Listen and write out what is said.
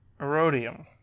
Erodium